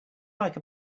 like